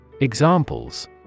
Examples